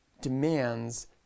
demands